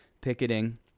picketing